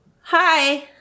hi